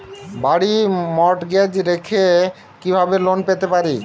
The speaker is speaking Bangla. বাড়ি মর্টগেজ রেখে কিভাবে লোন পেতে পারি?